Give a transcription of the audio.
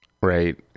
right